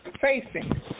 facing